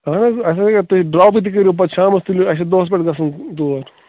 اَہَن حظ اَسہِ اَگر تُہۍ ڈرٛاپٕے تہِ کٔرِو پَتہٕ شامَس تُلِو اَسہِ چھِ دۄہَس پٮ۪ٹھ گژھُن تور